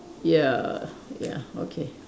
ya ya okay